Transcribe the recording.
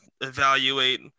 evaluate